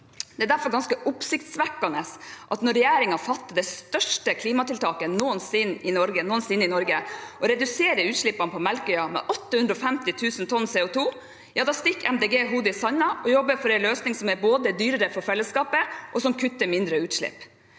Det er derfor ganske oppsiktsvekkende at når regjeringen fatter det største klimatiltaket noensinne i Norge og reduserer utslippene på Melkøya med 850 000 tonn CO2, stikker Miljøpartiet De Grønne hodet i sanden og jobber for en løsning som både er dyrere for fellesskapet, og som kutter mindre utslipp.